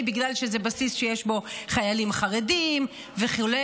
בגלל שזה בסיס שיש בו חיילים חרדים וכו'